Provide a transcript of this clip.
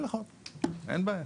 נביא לך, אין בעיה.